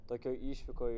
tokioj išvykoj